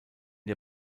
der